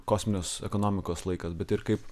kosminės ekonomikos laikas bet ir kaip